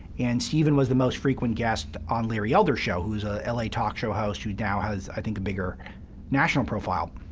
and stephen was the most frequent guest on larry elder's show, who's an ah l a. talk show host who now has, i think, a bigger national profile.